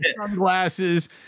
sunglasses